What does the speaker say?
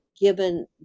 given